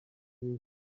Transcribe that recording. you